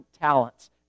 talents